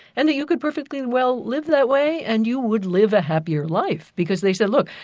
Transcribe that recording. and you could perfectly well live that way and you would live a happier life because they said, look,